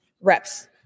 reps